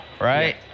right